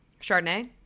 Chardonnay